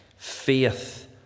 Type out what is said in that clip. Faith